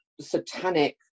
satanic